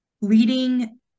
Leading